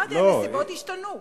אמרתי שהנסיבות השתנו.